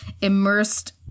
immersed